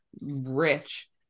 rich